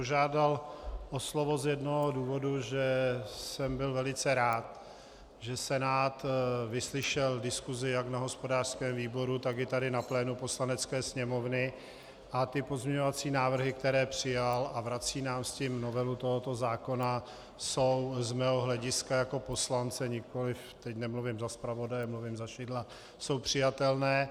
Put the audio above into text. Požádal jsem o slovo z jednoho důvodu, že jsem byl velice rád, že Senát vyslyšel diskusi jak na hospodářském výboru, tak i tady na plénu Poslanecké sněmovny, a pozměňovací návrhy, které přijal, a vrací nám s tím novelu tohoto zákona, jsou z mého hlediska jako poslance teď nemluvím za zpravodaje, mluvím za Šidla jsou přijatelné.